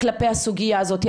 כלפי הסוגייה הזאתי.